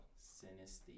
synesthesia